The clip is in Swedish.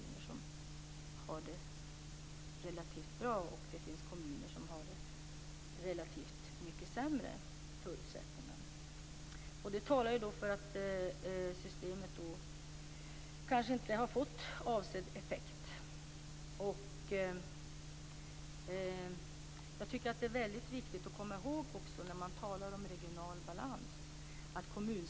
Det finns kommuner som har det relativt bra medan andra kommuner har mycket sämre förutsättningar. Det talar för att systemet kanske inte har fått avsedd effekt. När man talar om regional balans är det väldigt viktigt att komma ihåg att kommunsektorn fungerar som en bra utjämnande faktor.